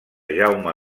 jaume